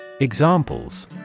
Examples